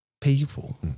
people